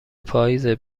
پاییزه